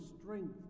strength